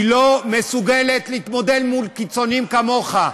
היא לא מסוגלת להתמודד עם קיצונים כמוך.